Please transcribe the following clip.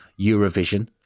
Eurovision